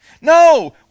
no